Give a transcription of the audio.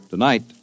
Tonight